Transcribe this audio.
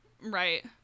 Right